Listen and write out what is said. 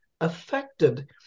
affected